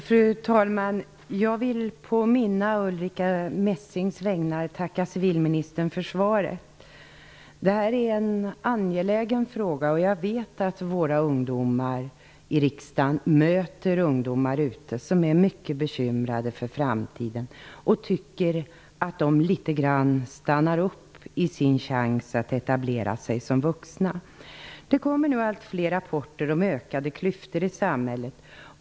Fru talman! Jag vill på mina och Ulrica Messings vägnar tacka civilministern för svaret. Det här är en angelägen fråga. Jag vet att våra ungdomar i riksdagen möter ungdomar ute som är mycket bekymrade för framtiden och tycker att de litet grand stannar upp i sin chans att etablera sig som vuxna. Det kommer nu allt fler rapporter om ökade klyftor i samhället.